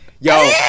Yo